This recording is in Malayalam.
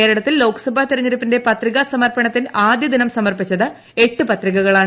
കേരളത്തിൽ ലോക്സഭാ തെരഞ്ഞെടുപ്പിന്റെ പത്രികാ സമർപ്പണത്തിന്റെ ആദ്യദിനം സമർപ്പിച്ചത് എട്ടു പത്രികകളാണ്